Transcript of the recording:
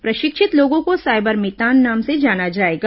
प्रशिक्षित लोगों को साइबर मितान नाम से जाना जाएगा